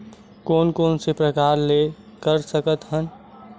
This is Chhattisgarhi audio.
कोन कोन से प्रकार ले कर सकत हन?